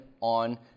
on